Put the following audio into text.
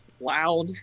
loud